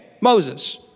Moses